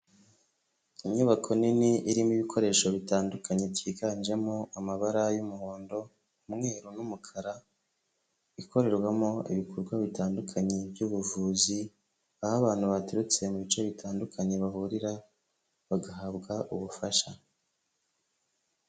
Inyubako nini irimo ibikoresho bitandukanye byiganjemo amabara y'umuhondo, umweru n'umukara, ikorerwamo ibikorwa bitandukanye by'ubuvuzi, aho abantu baturutse mu bice bitandukanye bahurira bagahabwa ubufasha.